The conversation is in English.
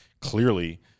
clearly